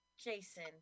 Jason